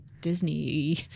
Disney